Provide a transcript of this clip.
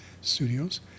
studios